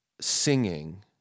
singing